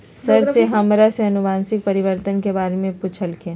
sir ने हमरा से अनुवंशिक परिवर्तन के बारे में पूछल खिन